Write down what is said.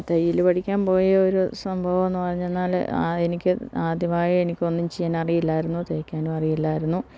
തയ്യല് പഠിക്കാന് പോയ ഒരു സംഭവമെന്ന് പറഞ്ഞാല് എനിക്കാദ്യമായി എനിക്കൊന്നും ചെയ്യാനറിയില്ലായിരുന്നു തയ്ക്കാനുമറിയില്ലായിരുന്നു